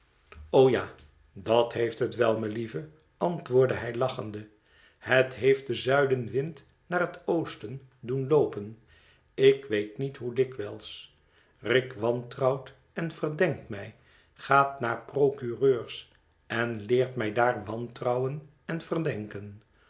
ja dat heeft het wel melieve antwoordde hij lachende het heeft den zuidenwind naar het oosten doen loopen ik weet niet hoe dikwijls rick wantrouwt en verdenkt mij gaat naar procureurs en leert mij daar wantrouwen en verdenken